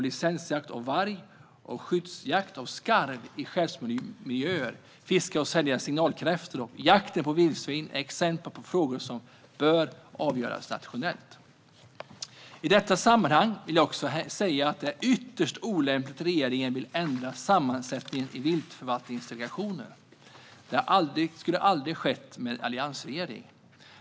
Licensjakt på varg, skyddsjakt på skarv i skärgårdsmiljöer, fiske och försäljning av signalkräftor och jakt på vildsvin är exempel på frågor som bör avgöras nationellt. I detta sammanhang vill jag också säga att det är ytterst olämpligt att regeringen vill ändra sammansättningen i viltförvaltningsdelegationerna. Det hade aldrig skett med en alliansregering.